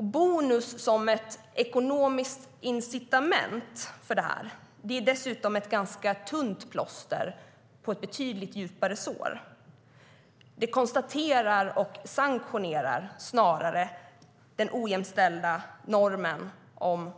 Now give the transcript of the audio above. Bonus som ett ekonomiskt incitament för detta är dessutom ett ganska tunt plåster på ett betydligt djupare sår. Det konserverar och sanktionerar den ojämställda normen om